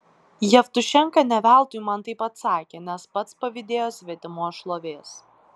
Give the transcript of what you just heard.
jevtušenka ne veltui man taip atsakė nes pats pavydėjo svetimos šlovės